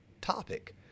topic